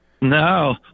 No